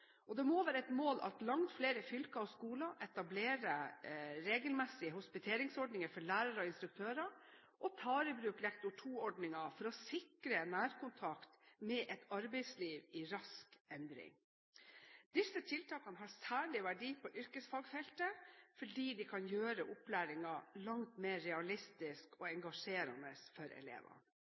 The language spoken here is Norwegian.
Det må være et mål at langt flere fylker og skoler etablerer regelmessige hospiteringsordninger for lærere og instruktører og tar i bruk lektor 2-ordningen, for å sikre nærkontakt med et arbeidsliv i rask endring. Disse tiltakene har særlig verdi på yrkesfagfeltet, fordi de kan gjøre opplæringen langt mer realistisk og engasjerende for